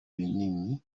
binini